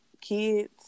kids